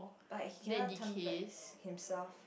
but he cannot turn back himself